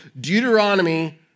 Deuteronomy